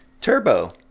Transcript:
Turbo